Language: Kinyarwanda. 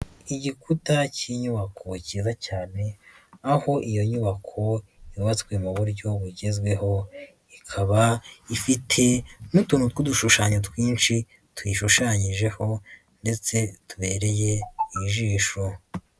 Igikuta k'inyubako kiza cyane, aho iyo nyubako yubatswe mu buryo bugezweho, ikaba ifite n'utuntu tw'udushushanyo twinshi tuyishushanyijeho ndetse tubereye ijisho.